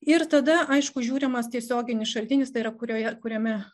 ir tada aišku žiūrimas tiesioginis šaltinis tai yra kurioje kuriame